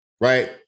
Right